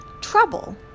trouble